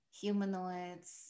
Humanoids